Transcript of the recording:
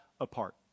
apart